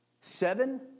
Seven